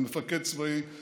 למפקד צבאי,